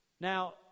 Now